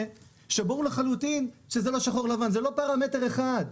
שברור ממנו לחלוטין שזה לא שחור-לבן וזה לא רק פרמטר אחד.